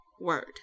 word